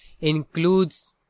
includes